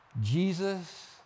Jesus